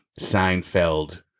Seinfeld